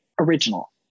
original